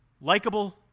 likable